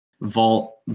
vault